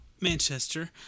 manchester